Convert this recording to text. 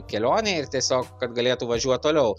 kelionė ir tiesiog kad galėtų važiuot toliau